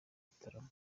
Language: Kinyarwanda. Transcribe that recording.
gitaramo